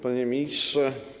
Panie Ministrze!